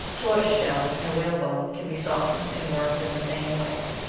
tortoiseshell and whalebone can be softened and worked in the same way.